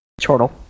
Chortle